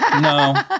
No